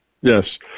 Yes